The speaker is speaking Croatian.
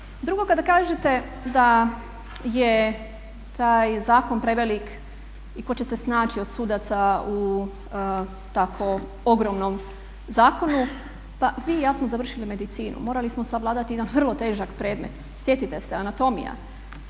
Drugo kada kažete da je taj zakon prevelik i tko će se naći od sudaca u tako ogromnom zakonu, pa vi i ja smo završili medicinu, morali smo savladati jedan vrlo težak predmet sjetite se anatomija.